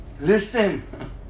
Listen